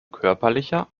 körperlicher